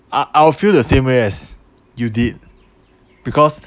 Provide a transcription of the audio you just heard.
I I will feel the same way as you did because